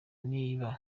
niba